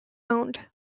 owned